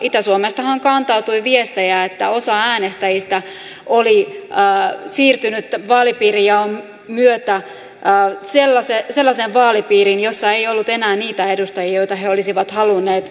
itä suomestahan kantautui viestejä että osa äänestäjistä oli siirtynyt vaalipiirijaon myötä sellaiseen vaalipiiriin jossa ei ollut enää niitä edustajia joita he olisivat halunneet äänestää